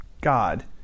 God